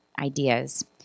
ideas